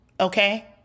Okay